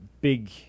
big